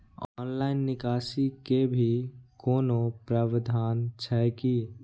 Online निकासी के भी कोनो प्रावधान छै की?